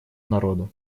народа